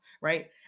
right